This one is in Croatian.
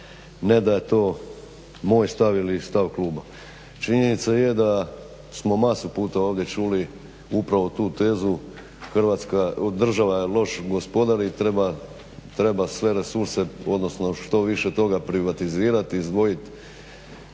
ne daje to moj stav ili stav kluba. Činjenica je da smo masu puta ovdje čuli upravo tu tezu Hrvatska, država je loš gospodar i treba sve resurse odnosno što više toga privatizirati, izdvojiti,